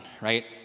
right